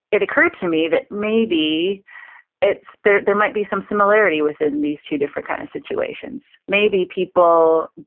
it occurred to me that maybe it's, there there might be some similarity within these two different kind of situations. maybe people,